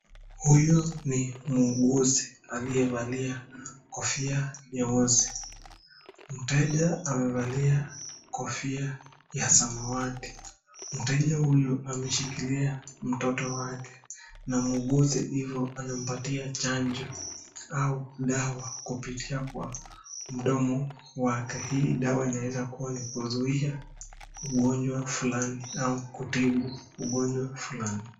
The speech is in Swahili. Huyu ni muuguzi aliyevalia kofia nyeusi. Mteja amevalia kofia ya samawati, mteja huyu ameshikilia mtoto wake na muuguzi amempatia chanjo au dawa kupitia kwa mdomo wake hii dawa inaweza kuwa ni ya kuzuia ugonjwa fulani au kutibu ugonjwa fulani.